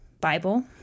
bible